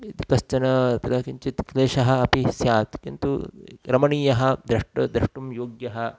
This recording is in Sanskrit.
इति कश्चन अत्र किञ्चित् क्लेशः अपि स्यात् किन्तु रमणीयः द्रष्टुं द्रष्टुं योग्यः